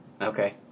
Okay